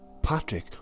Patrick